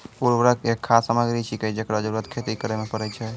उर्वरक एक खाद सामग्री छिकै, जेकरो जरूरत खेती करै म परै छै